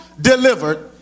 delivered